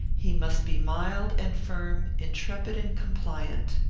he must be mild and firm, intrepid and compliant.